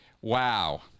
Wow